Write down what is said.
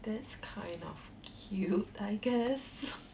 that's kind of cute I guess